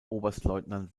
oberstleutnant